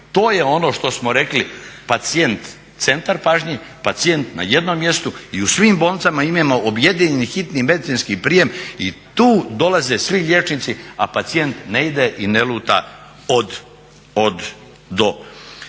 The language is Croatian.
to je ono što smo rekli pacijent centar pažnje, pacijent na jednom mjestu i u svim bolnicama imamo objedinjeni hitni medicinski prijem i tu dolaze svi liječnici, a pacijent ne ide i ne luta od do.